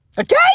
okay